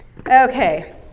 Okay